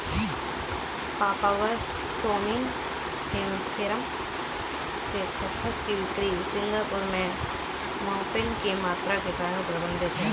papaver somniferum के खसखस की बिक्री सिंगापुर में मॉर्फिन की मात्रा के कारण प्रतिबंधित है